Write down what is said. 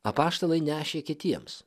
apaštalai nešė kitiems